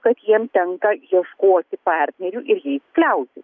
kad jiem tenka ieškoti partnerių ir jais kliautis